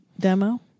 demo